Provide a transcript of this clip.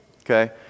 Okay